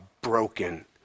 broken